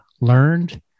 learned